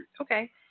Okay